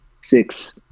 six –